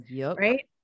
Right